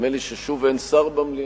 נדמה לי ששוב אין שר במליאה.